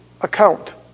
account